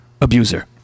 Abuser